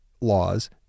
laws